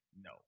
No